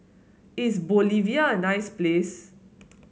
is Bolivia a nice place